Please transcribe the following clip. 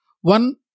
One